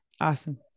Awesome